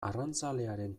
arrantzalearen